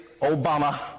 Obama